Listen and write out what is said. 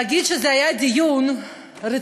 להגיד שזה היה דיון רציני